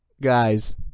Guys